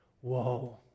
Whoa